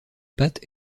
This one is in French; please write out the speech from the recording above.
pattes